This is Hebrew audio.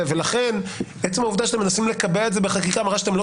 לכן עצם העובדה שאתם מנסים לקבע את זה בחקיקה מראה שאתם לא